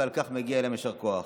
על כך מגיע להם יישר כוח.